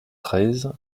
treize